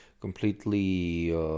completely